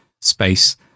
space